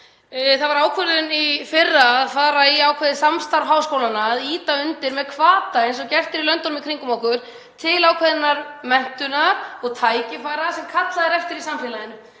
Það var tekin ákvörðun í fyrra að fara í ákveðið samstarf háskólanna, að ýta undir, eins og gert er í löndunum í kringum okkur, hvata til ákveðinnar menntunar og tækifæra sem kallað er eftir í samfélaginu.